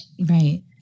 Right